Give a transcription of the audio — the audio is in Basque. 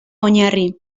oinarri